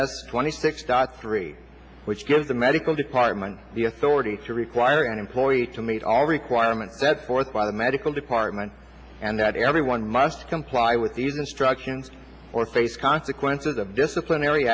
as twenty six dots three which gives the medical department the authority to require an employee to meet all requirement that forth by the medical department and that everyone must comply with the instructions or face consequences of disciplinary